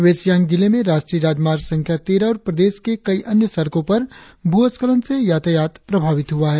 waste Siang जिले में राष्ट्रीय राजमार्ग संख्या तेरह और प्रदेश की कई अन्य सड़को पर भूस्खलन से यातायात पर असर पड़ा है